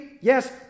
Yes